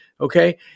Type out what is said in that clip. Okay